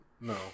No